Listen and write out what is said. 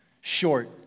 short